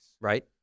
Right